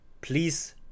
please